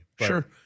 Sure